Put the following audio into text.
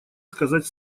сказать